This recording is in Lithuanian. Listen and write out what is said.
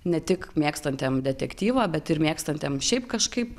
ne tik mėgstantiem detektyvą bet ir mėgstantiem šiaip kažkaip